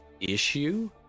issue